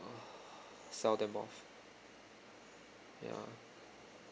sell them off ya